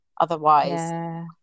Otherwise